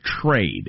trade